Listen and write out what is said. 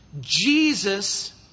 Jesus